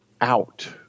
out